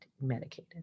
medicated